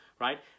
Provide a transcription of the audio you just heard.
right